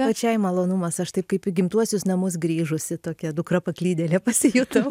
pačiai malonumas aš taip kaip į gimtuosius namus grįžusi tokia dukra paklydėlė pasijutau